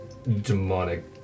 Demonic